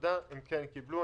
לעבודה הם כן קיבלו.